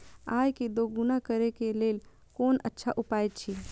आय के दोगुणा करे के लेल कोन अच्छा उपाय अछि?